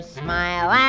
smile